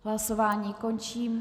Hlasování končím.